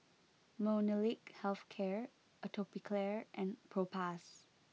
Molnylcke health care Atopiclair and Propass